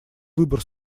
выбор